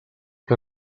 que